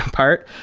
part.